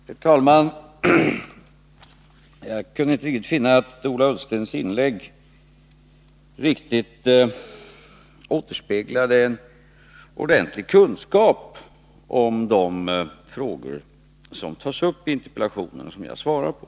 Herr talman! Jag kunde inte riktigt finna att Ola Ullstens inlägg återspeglade en ordentlig kunskap om de frågor som tas upp i interpellationen och som jag svarade på.